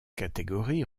catégorie